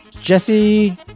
Jesse